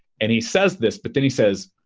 and he says this but then he says,